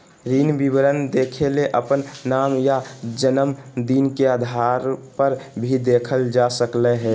ऋण विवरण देखेले अपन नाम या जनम दिन के आधारपर भी देखल जा सकलय हें